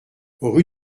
rue